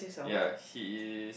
ya he is